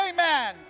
Amen